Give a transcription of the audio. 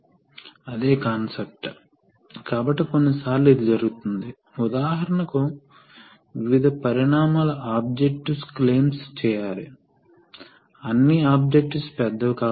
cyclic motion ను అమలు చేయడానికి హైడ్రాలిక్ సర్క్యూట్లు తరచుగా అవసరమవుతాయి మీకు సిలిండర్ ఉందని అనుకుందాం అది విస్తరిస్తుంది అది లోడ్ను నెట్టివేస్తుంది మరియు అది తిరిగి వస్తుంది